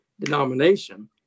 denomination